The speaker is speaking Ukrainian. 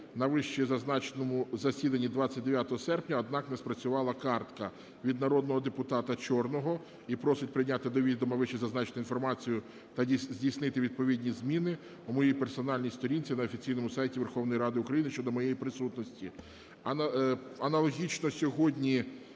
на вище зазначеному засіданні 29 серпня, однак не спрацювала картка, від народного депутата Чорного і просить прийняти до відома вище зазначену інформацію та здійснити відповідні зміни у моїй персональній сторінці на офіційному сайті Верховної Ради України щодо моєї присутності.